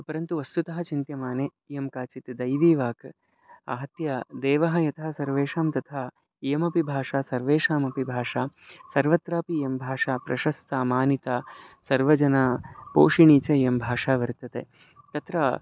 परन्तु वस्तुतः चिन्त्यमाने इयं काचित् दैवीवाक् आहत्य देवः यथा सर्वेषां तथा इयमपि भाषा सर्वेषामपि भाषा सर्वत्रापि इयं भाषा प्रशस्ता मानिता सर्वजनापोषिणी च इयं भाषा वर्तते तत्र